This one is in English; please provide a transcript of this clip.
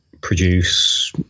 produce